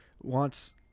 wants